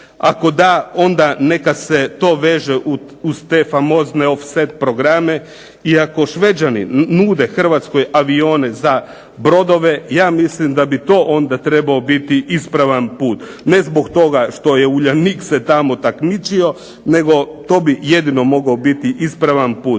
Ako da, onda neka se to veže uz te famozne offset programe i ako Šveđani nude Hrvatskoj avione za brodove ja mislim da bi to onda trebao biti ispravan put. Ne zbog toga što je Uljanik se tamo takmičio nego to bi jedino mogao biti ispravan put.